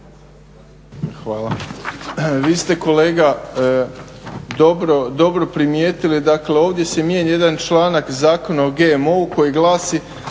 Hvala. Vi ste kolega dobro primjetili, dakle ovdje se mijenja jedan članak Zakona o GMO-u koji glasi